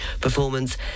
performance